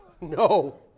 No